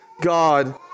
God